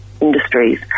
industries